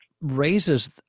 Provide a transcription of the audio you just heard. raises